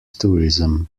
tourism